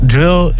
Drill